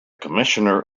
commissioner